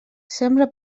sembra